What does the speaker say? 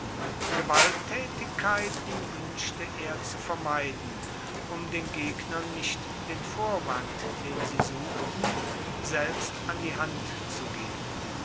gewalttätigkeiten wünschte er zu vermeiden um den gegnern nicht den vorwand den sie suchten selbst an die hand zu geben